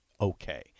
okay